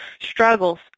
struggles